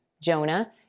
Jonah